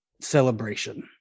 celebration